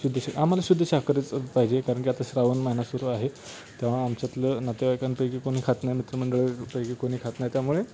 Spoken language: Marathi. शुद्ध शा आम्हाला शुद्ध शाकाहारीच पाहिजे कारण की आता श्रावण महिना सुरू आहे तेव्हा आमच्यातलं नातेवाईकांपैकी कोणी खात नाही मित्रमंडळीपैकी कोणी खात नाही त्यामुळे